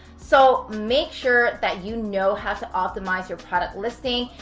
so make sure that you know how to optimize your product listing.